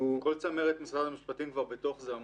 כל צמרת משרד המשפטים כבר עמוק בתוך זה.